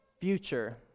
future